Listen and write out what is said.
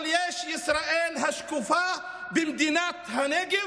אבל יש ישראל השקופה במדינת הנגב.